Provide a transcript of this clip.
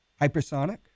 hypersonic